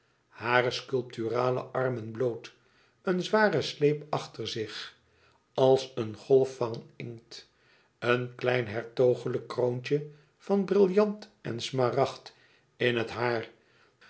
hare sculpturale armen bloot een zware sleep achter zich als een golf van inkt een klein hertogelijk kroontje van brillant en smaragd in het haar